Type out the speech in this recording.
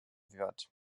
wird